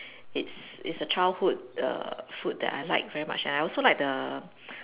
it's it's a childhood err food that I like very much and I also like the